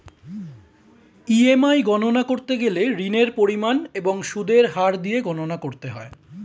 EMI গণনা করতে গেলে ঋণের পরিমাণ এবং সুদের হার দিয়ে গণনা করতে হয়